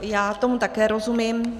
Já tomu také rozumím.